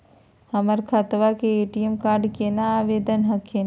हमर खतवा के ए.टी.एम कार्ड केना आवेदन हखिन?